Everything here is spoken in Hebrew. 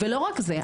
לא רק זה.